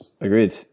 Agreed